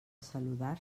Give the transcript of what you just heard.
saludar